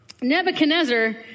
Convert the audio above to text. Nebuchadnezzar